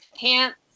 pants